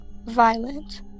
violent